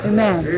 Amen